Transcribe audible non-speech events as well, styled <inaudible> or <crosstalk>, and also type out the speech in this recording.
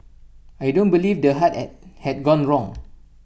I don't believe the heart <hesitation> had gone wrong